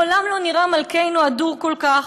מעולם לא נראה מלכנו הדור כל כך.